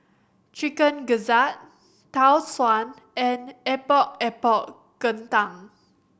Chicken Gizzard Tau Suan and Epok Epok Kentang